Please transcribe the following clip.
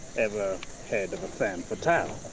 ever heard of a femme fatale?